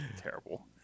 Terrible